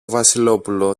βασιλόπουλο